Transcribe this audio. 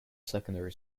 secondary